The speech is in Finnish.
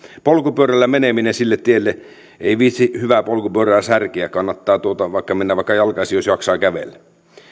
polkupyörällä meneminen sille tielle ei viitsi hyvää polkupyörää särkeä kannattaa mennä vaikka jalkaisin jos jaksaa kävellä